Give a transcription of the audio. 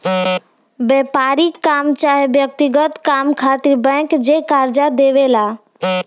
व्यापारिक काम चाहे व्यक्तिगत काम खातिर बैंक जे कर्जा देवे ला